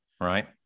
Right